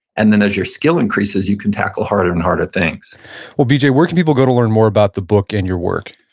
and then as your skill increases, you can tackle harder and harder things well, bj, where can people go to learn more about the book and your work?